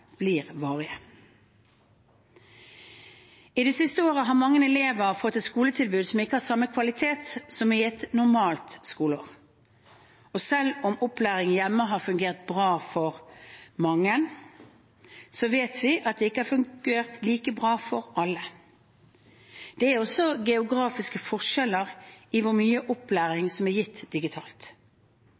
blir varige. I det siste året har mange elever fått et skoletilbud som ikke har hatt samme kvalitet som i et normalt skoleår. Selv om opplæring hjemme har fungert bra for mange, vet vi at det ikke har fungert like bra for alle. Det er også geografiske forskjeller i hvor mye opplæring som er gitt digitalt.